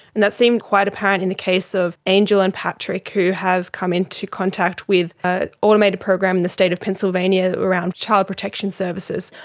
and that seemed quite apparent in the case of angel and patrick who have come into contact with an automated program in the state of pennsylvania around child protection services.